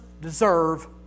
deserve